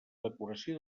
decoració